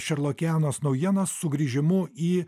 šerlokianos naujienas sugrįžimu į